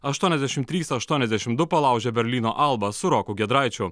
aštuoniasdešimt trys aštuoniasdešimt du palaužė berlyno albą su roku giedraičiu